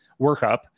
workup